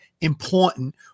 important